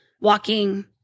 walking